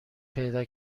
پیدا